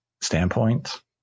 standpoint